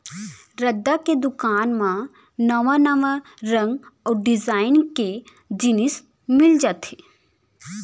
रद्दा के दुकान म नवा नवा रंग अउ डिजाइन के जिनिस मिल जाथे